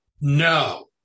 no